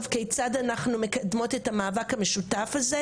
כיצד אנחנו מקדמות את המאבק המשותף הזה.